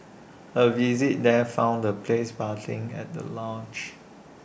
A visit there found the place buzzing at the launch